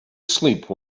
sleep